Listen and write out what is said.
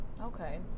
Okay